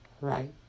Right